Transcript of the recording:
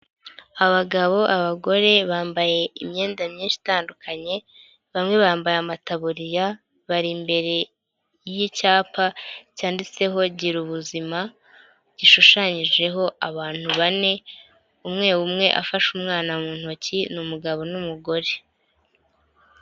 Abagabo, abagore bambaye imyenda myinshi itandukanye bamwe bambaye amataburiya bari imbere y'icyapa cyanditseho gira ubuzima, gishushanyijeho abantu bane umwe umwe afashe umwana mu ntoki ni umugabo n'umugore.